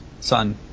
son